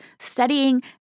studying